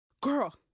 Girl